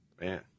Man